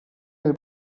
del